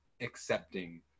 accepting